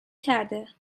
کرده